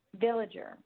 villager